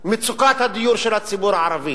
מצוקת הדיור של הציבור הערבי,